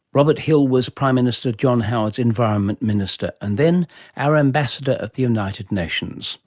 robert hill was prime minister john howard's environment minister, and then our ambassador at the united nations